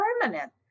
permanent